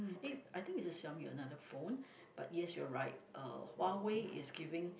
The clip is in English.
eh I think it's a Xiaomi or another phone but yes you're right uh Huawei is giving